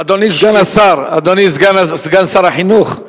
אדוני סגן השר, אדוני סגן שר החינוך.